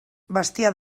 bestiar